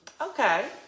Okay